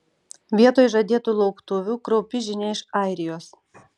vietoj žadėtų lauktuvių kraupi žinia iš airijos